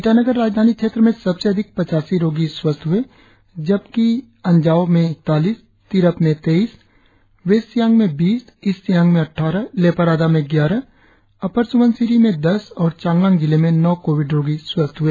ईटानगर राजधानी क्षेत्र मे सबसे अधिक पचासी रोगी स्वस्थ ह्ए जबकि अंजाव में इकतालीस तिरप में तेईस वेस्ट सियांग में बीस ईस्ट सियांग में अद्वारह लेपारादा में ग्यारह अपर स्बनसिरी में दस और चांगलांग जिले में नौ कोविड स्वस्थ हए